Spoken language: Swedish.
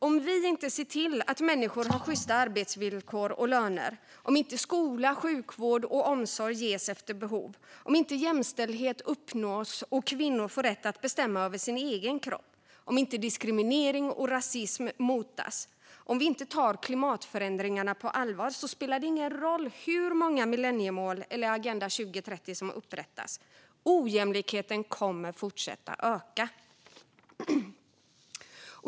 Om inte vi ser till att människor har sjysta arbetsvillkor och löner, om inte skola, sjukvård och omsorg ges efter behov, om inte jämställdhet uppnås och kvinnor får rätt att bestämma över sina egna kroppar, om inte diskriminering och rasism motas och om vi inte tar klimatförändringarna på allvar spelar det ingen roll hur många millenniemål eller Agenda 2030 som upprättas; ojämlikheten kommer att fortsätta öka.